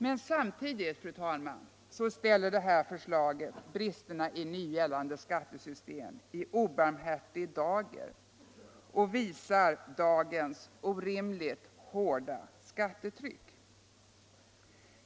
Men samtidigt, fru talman, ställer det här förslaget bristerna i nu gällande skattesystem i obarmhärtig dager och visar dagens orimligt hårda skattetryck.